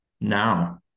now